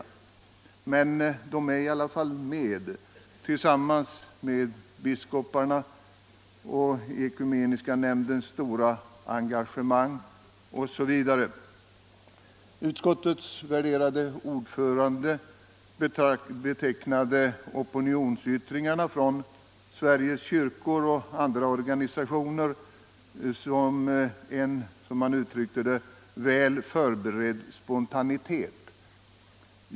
Men de är i alla fall med tillsammans med biskoparnas upprop, Ekumeniska nämndens stora engagemang osv. Utskottets värderade ordförande betecknade opinionsyttringarna från Sveriges kyrkor och andra organisationer som en, som han uttryckte det, ”väl förberedd spontanitet”.